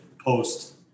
post